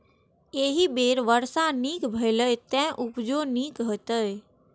एहि बेर वर्षा नीक भेलैए, तें उपजो नीके हेतै